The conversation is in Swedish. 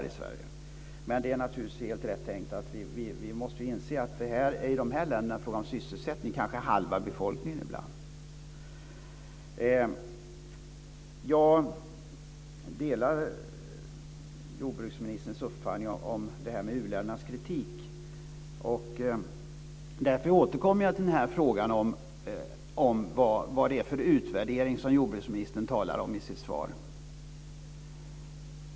Men det är naturligtvis helt rätt tänkt att vi måste inse att det i de här länderna är en fråga om sysselsättning, kanske för halva befolkningen ibland. Jag delar jordbruksministerns uppfattning om uländernas kritik. Därför återkommer jag till frågan om vad det är för utvärdering som jordbruksministern talar om i sitt svar.